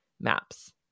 maps